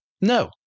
No